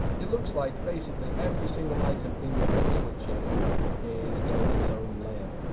it looks like basically every single item in the quick switcher is getting its own layer.